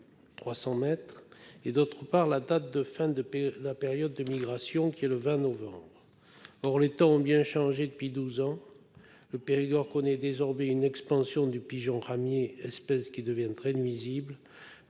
300 mètres et la date de fin de la période de migration fixée au 20 novembre. Or les temps ont bien changé depuis douze ans. Le Périgord connaît désormais une expansion du pigeon ramier, espèce qui devient nuisible,